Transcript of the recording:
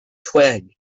twig